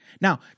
Now